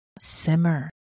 simmer